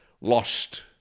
lost